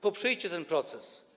Poprzyjcie ten proces.